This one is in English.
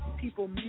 people